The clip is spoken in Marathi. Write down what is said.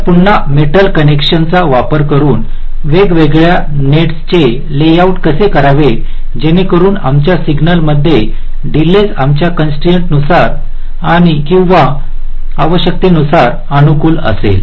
तर पुन्हा मेटल कनेक्शनचा वापर करून वेगवेगळ्या नेट्सचे लेआउट कसे करावे जेणेकरुन आमच्या सिग्नलमध्ये डीलेस आमच्या कॉन्स्ट्रईन्सनुसार किंवा आवश्यकतेनुसार अनुकूल असेल